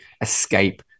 escape